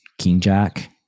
king-jack